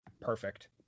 Perfect